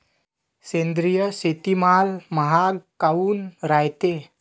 सेंद्रिय शेतीमाल महाग काऊन रायते?